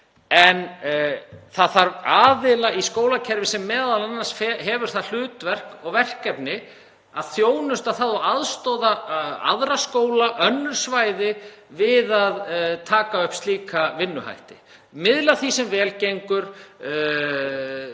en það þarf aðila í skólakerfið sem m.a. hefur það hlutverk og verkefni að þjónusta og aðstoða aðra skóla, önnur svæði við að taka upp slíka vinnuhætti, miðla því sem vel gengur,